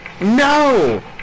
no